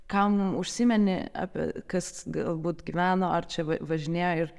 kam užsimeni apie kas galbūt gyveno ar čia va važinėjo ir